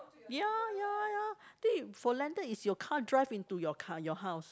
ya ya ya then you for landed is your car drive into your car your house